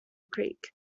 creek